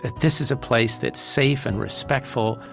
this is a place that's safe and respectful,